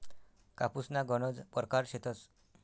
कापूसना गनज परकार शेतस